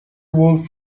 was